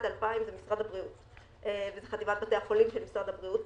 2000 זה משרד הבריאות וחטיבת בתי החולים של משרד הבריאות,